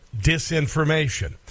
disinformation